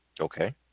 Okay